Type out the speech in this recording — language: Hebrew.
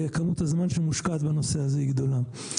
כמות הזמן שמושקעת בנושא הזה היא גדולה.